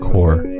Core